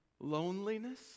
loneliness